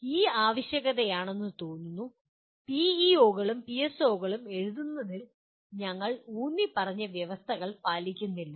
ഈ ആവശ്യകതയാണെന്ന് തോന്നുന്നു പിഇഒകളും പിഎസ്ഒകളും എഴുതുന്നതിൽ ഞങ്ങൾ ഊന്നിപ്പറഞ്ഞ വ്യവസ്ഥകൾ പാലിക്കുന്നില്ല